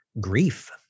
grief